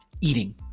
eating